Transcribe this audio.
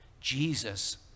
Jesus